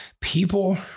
people